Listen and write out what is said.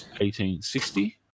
1860